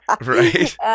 Right